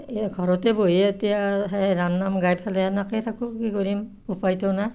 সেয়ে ঘৰতে বহি এতিয়া ৰাম নাম গাই পেলাই এনেকৈ থাকোঁ কি কৰিম উপায়তো নাই